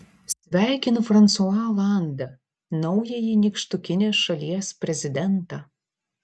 sveikinu fransua olandą naująjį nykštukinės šalies prezidentą